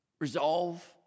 resolve